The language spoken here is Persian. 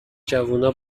جوونا